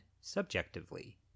subjectively